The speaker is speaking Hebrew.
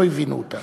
לא הבינו אותה.